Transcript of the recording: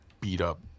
beat-up